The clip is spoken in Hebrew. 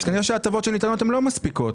כנראה שההטבות שניתנות הן לא מספיקות.